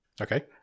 Okay